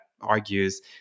argues